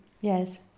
yes